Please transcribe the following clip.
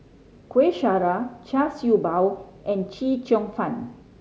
Kueh Syara Char Siew Bao and Chee Cheong Fun